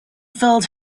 filled